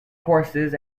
courses